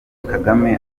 kagame